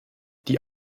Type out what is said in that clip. die